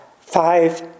five